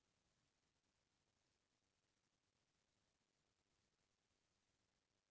jute के रेसा ह जादातर छै ले दस फूट तक लंबा होथे